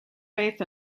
faith